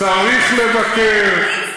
צריך לבקר,